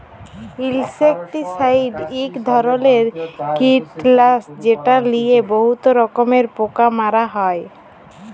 insecticide ইক ধরলের কিটলাসক যেট লিয়ে বহুত রকমের পোকা মারা হ্যয়